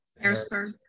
Harrisburg